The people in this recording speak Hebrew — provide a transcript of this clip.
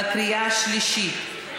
בקריאה השלישית.